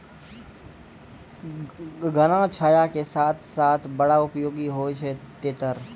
घना छाया के साथ साथ बड़ा उपयोगी होय छै तेतर